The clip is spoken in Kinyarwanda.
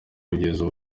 kugeza